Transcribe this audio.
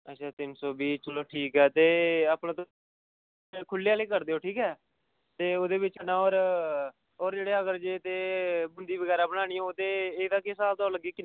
ते तीन सौ बीह् ते अच्छा अपने खुल्ले आह्ले करी देओ ठीक ऐ ते ओह्दे बिच ना ओह् अगर बूंदी बगैरा नानी होग ते एह्दा केह् स्हाब कताब